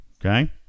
okay